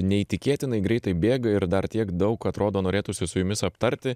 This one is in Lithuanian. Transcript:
neįtikėtinai greitai bėga ir dar tiek daug atrodo norėtųsi su jumis aptarti